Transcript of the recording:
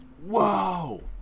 Whoa